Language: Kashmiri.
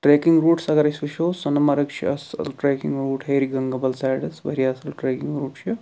ٹرٛیٚکِنٛگ روٗٹس اگر أسۍ وُچھو سۄنہٕ مرگ چھِ اَصٕل ٹرٛیٚکِنٛگ روٗٹ ہیٚرِ گَنٛگہٕ بَل سایڈَس واریاہ اَصٕل ٹرٛیٚکِنٛگ روٗٹ چھُ